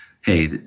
hey